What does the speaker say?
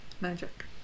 magic